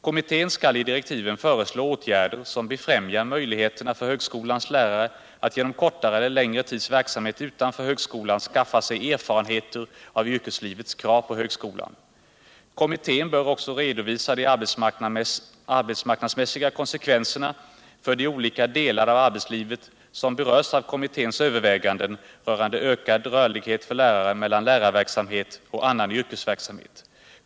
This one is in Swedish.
Kommittén skall i direktiven föreslå åtgärder som befrämjar möjligheterna för högskolans lärare att genom kortare eller längre tids verksamhet utanför högskolan skaffa sig erfarenheter av yrkeslivets krav på högskolan. Kommittén bör också redovisa de arbetsmarknadsmässiga konsekvenserna för de olika delar av arbetslivet som berörs av kommitténs överväganden rörande ökad rörlighet för lärare mellan lärarverksamhet och annan yrkesverksamhet.